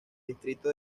distrito